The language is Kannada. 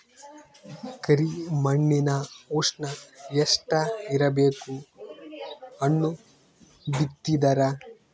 ಕರಿ ಮಣ್ಣಿನ ಉಷ್ಣ ಎಷ್ಟ ಇರಬೇಕು ಹಣ್ಣು ಬಿತ್ತಿದರ?